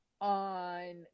on